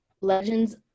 Legends